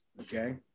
Okay